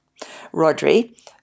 Rodri